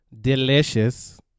Delicious